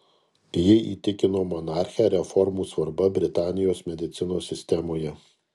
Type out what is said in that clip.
ji įtikino monarchę reformų svarba britanijos medicinos sistemoje